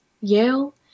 Yale